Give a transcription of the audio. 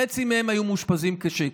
חצי מהם היו מאושפזים במצב קשה,